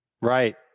Right